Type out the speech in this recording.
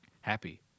happy